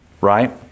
right